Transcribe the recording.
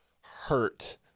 hurt